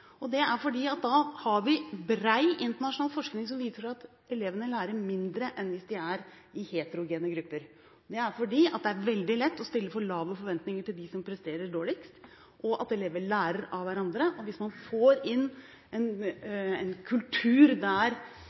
har bred internasjonal forskning som viser at elevene lærer mindre enn hvis de er i heterogene grupper. Det er fordi det er veldig lett å stille for lave forventninger til dem som presterer dårligst, og elever lærer av hverandre. Hvis man får inn en kultur der